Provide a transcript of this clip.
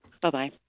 Bye-bye